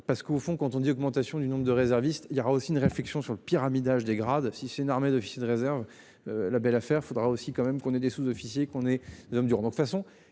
parce qu'au fond quand on dit augmentation du nombre de réservistes. Il y aura aussi une réflexion sur le pyramidal. Si c'est une armée d'officiers de réserve. La belle affaire. Il faudra aussi quand même qu'on ait des sous-officiers qu'on est des hommes du donc de toute façon